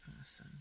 awesome